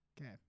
Okay